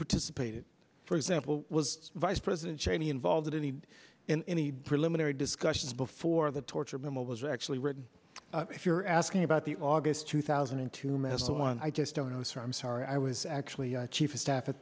participated for example was vice president cheney involved in any in any preliminary discussions before the torture memo was actually written if you're asking about the august two thousand and two men so i just don't know sir i'm sorry i was actually chief of staff at